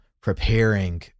preparing